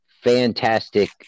fantastic